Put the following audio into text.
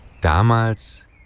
damals